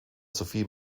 sophie